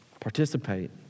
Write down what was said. participate